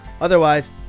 Otherwise